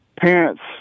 parents